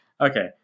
Okay